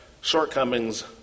shortcomings